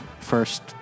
first